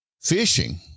fishing